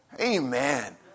Amen